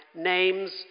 names